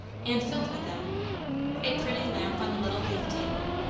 and filled with them a pretty lamp on the little leaf table,